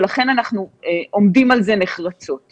ולכן אנחנו עומדים על זה נחרצות.